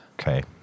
Okay